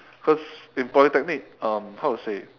cause in polytechnic um how to say